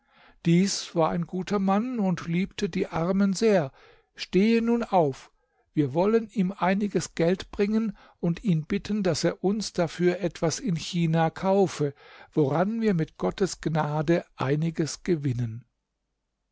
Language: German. dies war ein guter mann und liebte die armen sehr stehe nun auf wir wollen ihm einiges geld bringen und ihn bitten daß er uns dafür etwas in china kaufe woran wir mit gottes gnade einiges gewinnen